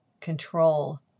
control